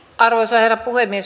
arvoisa herra puhemies